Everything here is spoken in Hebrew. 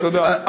תודה.